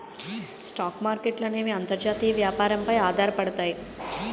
stock మార్కెట్ల అనేవి అంతర్జాతీయ వ్యాపారం పై ఆధారపడతాయి